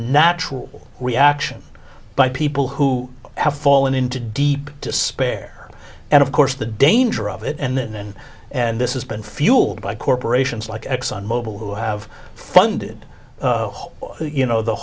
natural reaction by people who have fallen into deep despair and of course the danger of it and and this has been fueled by corporations like exxon mobil who have funded whole you know the